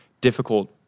difficult